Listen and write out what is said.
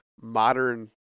Modern